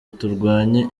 turwanye